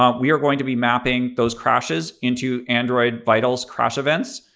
um we are going to be mapping those crashes into android vitals crash events.